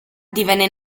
divenne